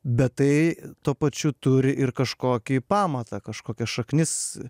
bet tai tuo pačiu turi ir kažkokį pamatą kažkokias šaknis